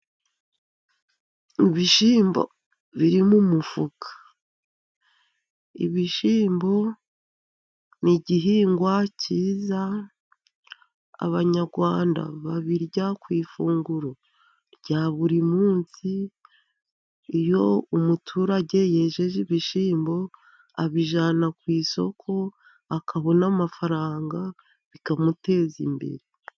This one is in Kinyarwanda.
Ibishyimbo biri mu mufuka. Ibishyimbo ni igihingwa cyiza, abanyarwanda babirya ku ifunguro rya buri munsi. Iyo umuturage yejeje ibishyimbo, abijyana ku isoko akabona amafaranga, bikamuteza imbere.